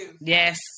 Yes